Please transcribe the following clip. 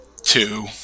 two